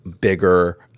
bigger